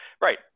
right